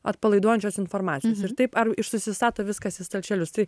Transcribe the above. atpalaiduojančios informacijos ir taip ir susistato viskas į stalčelius tai